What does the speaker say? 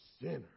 sinner